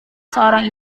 seorang